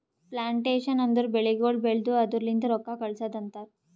plantation ಅಂದುರ್ ಬೆಳಿಗೊಳ್ ಬೆಳ್ದು ಅದುರ್ ಲಿಂತ್ ರೊಕ್ಕ ಗಳಸದ್ ಅಂತರ್